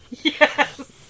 Yes